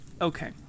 Okay